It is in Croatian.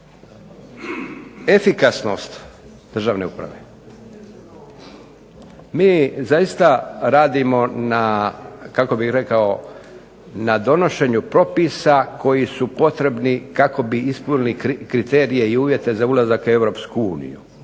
efikasnost državne uprave – mi zaista radimo na kako bih rekao na donošenju propisa koji su potrebni kako bi ispunili kriterije i uvjete za ulazak u EU.